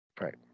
right